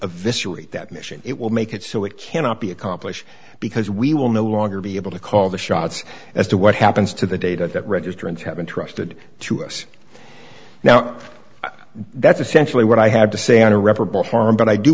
that mission it will make it so it cannot be accomplished because we will no longer be able to call the shots as to what happens to the data that registrants have been trusted to us now that's essentially what i had to say on a reputable farm but i do